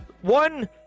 One